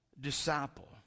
disciple